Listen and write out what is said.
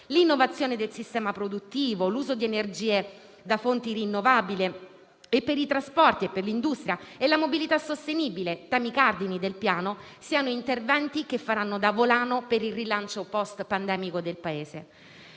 l'innovazione del sistema produttivo, l'uso di energie da fonti rinnovabili per i trasporti e l'industria e la mobilità sostenibile, temi cardine del Piano, siano interventi che faranno da volano per il rilancio post pandemico del Paese.